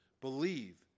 believe